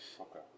Okay